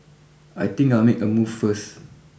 I think I'll make a move first